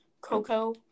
Coco